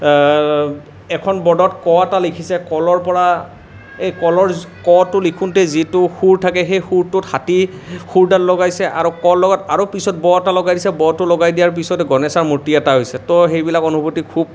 এখন বৰ্ডত ক এটা লিখিছে কলৰ পৰা এই কলৰ কটো লিখোতে যিটো শুৰ থাকে সেই শুৰটোত হাতীৰ শুৰডাল লগাইছে আৰু ক ৰ লগত আৰু পিছত ব এটা লগাইছে ব টো লগাই দিয়াৰ পিছত গণেশৰ মূৰ্তি এটা হৈছে ত' সেইবিলাক অনুভূতি খুব